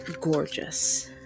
gorgeous